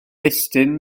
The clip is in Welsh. estyn